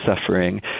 suffering